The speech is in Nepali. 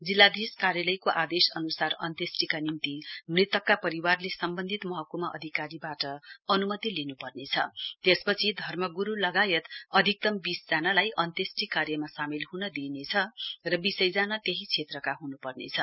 जिल्लाधीश कार्यालयको आदेश अनुसार अन्त्येष्टीका निम्ति मृतकका परिवारले सम्वन्धित महकुमा अधिकारीवाट अनुमति लिनुपर्नेछ त्यसपछि धर्मग्रु लगायत अधिकतम वीस जनालाई अन्त्येष्टी कार्यमा सामेल हुन दिइनेछ र बीसै जना त्यही क्षेत्रका हुनुपर्नेछ